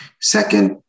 Second